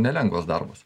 nelengvas darbas